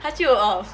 他就 um